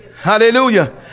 hallelujah